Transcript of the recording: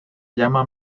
llama